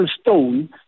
stone